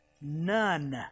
none